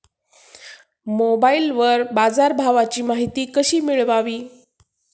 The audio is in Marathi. मोबाइलवर बाजारभावाची माहिती कशी मिळवावी?